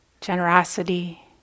generosity